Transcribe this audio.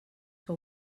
que